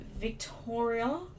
Victoria